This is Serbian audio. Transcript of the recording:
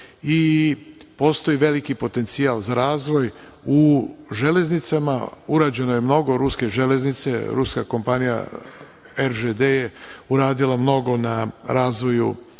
i postoji veliki potencijal za razvoj u železnicama. Urađeno je mnogo ruske železnice, ruska kompanija „Eržedej“ je uradila mnogo na razvoju pruga